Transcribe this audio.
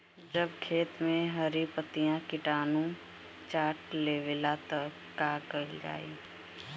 जब खेत मे हरी पतीया किटानु चाट लेवेला तऽ का कईल जाई?